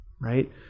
right